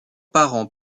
parents